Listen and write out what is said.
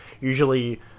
usually